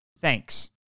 Thanks